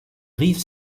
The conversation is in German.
rief